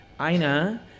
Aina